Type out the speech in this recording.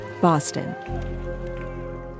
Boston